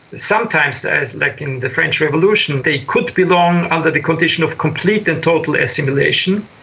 sometimes, as like in the french revolution, they could belong under the condition of complete and total assimilation,